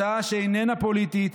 הצעה שאיננה פוליטית,